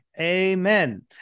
Amen